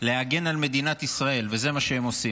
להגן על מדינת ישראל, וזה מה שהם עושים.